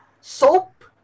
Soap